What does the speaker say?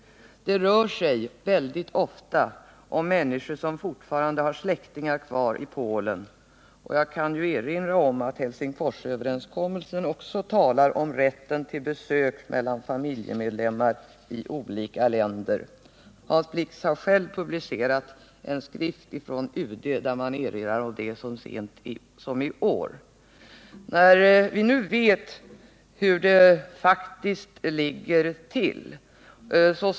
Det rör sig ofta om människor som fortfarande har släktingar kvar i Polen. Jag kan erinra om att det i Helsingforsöverenskommelsen också talas om rätten till besök mellan familjemedlemmar i olika länder. Hans Blix och UD har så sent som i år publicerat en skrift där man erinrar om det. Vi vet nu hur det faktiskt ligger till.